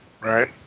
right